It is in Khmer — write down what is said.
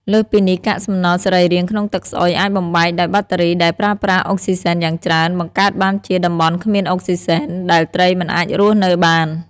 លើសពីនេះ កាកសំណល់សរីរាង្គក្នុងទឹកស្អុយអាចបំបែកដោយបាក់តេរីដែលប្រើប្រាស់អុកស៊ីហ្សែនយ៉ាងច្រើន បង្កើតបានជាតំបន់គ្មានអុកស៊ីហ្សែន ដែលត្រីមិនអាចរស់នៅបាន។